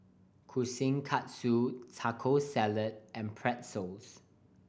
Kushikatsu Taco Salad and Pretzel